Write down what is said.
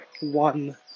one